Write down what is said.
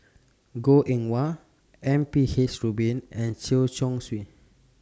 Goh Eng Wah M P H Rubin and Chen Chong Swee